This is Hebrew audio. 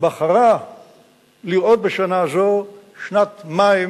בחרה לראות בשנה זו שנת מים,